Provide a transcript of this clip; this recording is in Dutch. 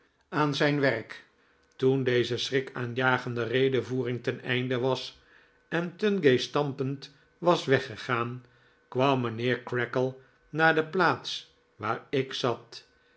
aan zijn werk toen deze schrikaanjagende redevoering ten einde was en tungay stampend was weggegaan kwam mijnheer creakle naar de plaats waar ik zat